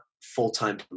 full-time